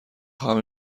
خواهم